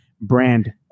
brand